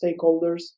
stakeholders